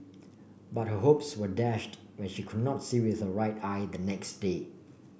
but her hopes were dashed when she could not see with her right eye the next day